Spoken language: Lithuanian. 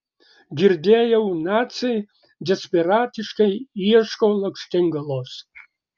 girdėjau naciai desperatiškai ieško lakštingalos